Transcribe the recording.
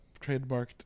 trademarked